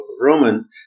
Romans